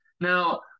Now